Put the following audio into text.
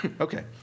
Okay